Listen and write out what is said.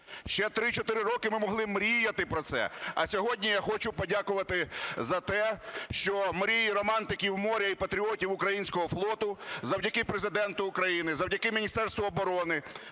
роки ми могли мріяти про це, а сьогодні я хочу подякувати за те, що мрії романтиків моря і патріотів українського флоту завдяки Президенту України, завдяки Міністерству оборони,